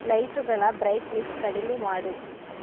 ಲೈಟುಗಳ brightness ಕಡಿಮೆ ಮಾಡು